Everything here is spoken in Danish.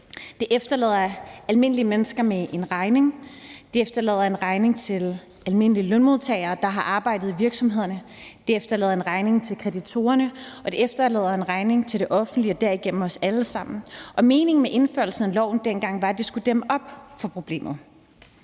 Det efterlader almindelige mennesker med en regning; det efterlader en regning til almindelige lønmodtagere, der har arbejdet i virksomhederne; det efterlader en regning til kreditorerne; og det efterlader en regning til det offentlige og derigennem til os alle sammen. Meningen med indførelsen af loven dengang var, at det skulle dæmme op for problemet.